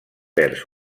vers